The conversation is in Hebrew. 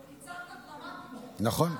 קיצרת דרמטית את